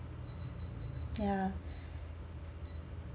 ya